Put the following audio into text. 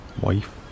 Wife